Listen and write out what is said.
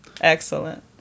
Excellent